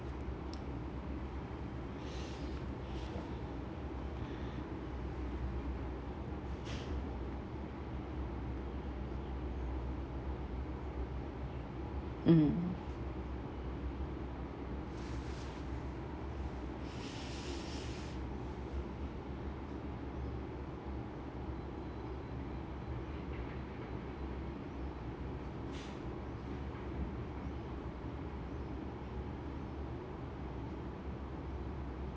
mm